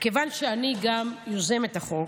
מכיוון שאני גם יוזמת החוק,